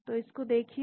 तो इसको देखिए